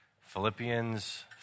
Philippians